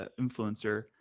influencer